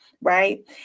Right